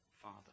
Father